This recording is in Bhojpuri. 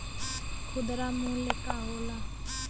खुदरा मूल्य का होला?